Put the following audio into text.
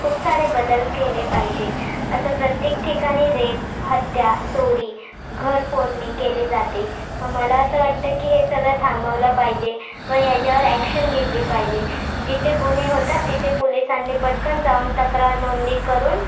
खूप सारे बदल केले पाहिजे असं प्रत्येक ठिकाणी रेप हत्या चोरी घर फोडणी केले जाते व मला असं वाटतं आहे की हे सगळं थांबवलं पाहिजे व याच्यावर ॲक्शन घेतली पाहिजे जिथे गुन्हे होतात तिथे पोलिसांनी पटकन जाऊन तक्रार नोंदी करून